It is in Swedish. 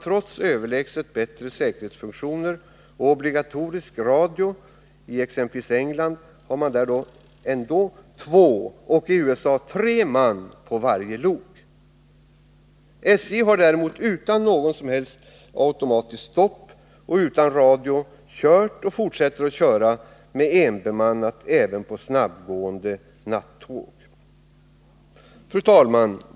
Trots överlägset bättre säkerhetsfunktioner och obligatorisk radio har man exempelvis i England två och i USA tre man på varje lok. SJ har däremot utan något som helst automatiskt stopp och utan radio kört och fortsätter att köra med enbemanning även på snabbgående nattåg. Fru talman!